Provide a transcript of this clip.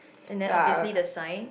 and then obviously the sign